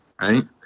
Right